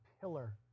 pillar